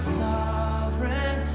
sovereign